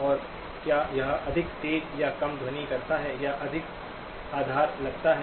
और क्या यह अधिक तेज़ या कम ध्वनि करता है या अधिक आधार लगता है